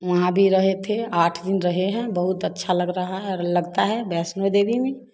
वहाँ भी रहे थे आठ दिन रहे हैं बहुत अच्छा रहा है लगता है वैष्णो देवी में